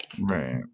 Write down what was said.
Right